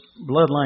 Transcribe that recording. bloodline